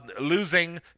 losing